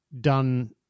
done